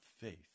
faith